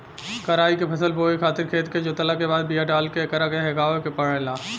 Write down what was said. कराई के फसल बोए खातिर खेत के जोतला के बाद बिया डाल के एकरा के हेगावे के पड़ेला